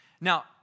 Now